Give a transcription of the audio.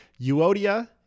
Euodia